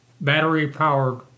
battery-powered